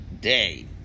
day